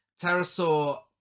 Pterosaur